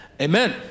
amen